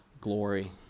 glory